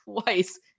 twice